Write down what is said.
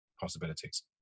possibilities